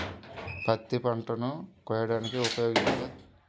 పత్తి పంటలను కోయడానికి ఉపయోగించే సాధనాలు ఏమిటీ?